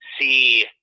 see